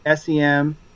SEM